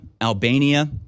Albania